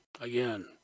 again